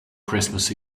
christmas